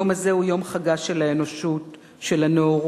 היום הזה הוא יום חגה של האנושות, של הנאורות,